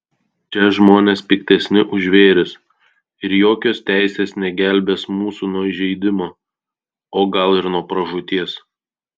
čia žmonės piktesni už žvėris ir jokios teisės negelbės mūsų nuo įžeidimo o gal ir nuo pražūties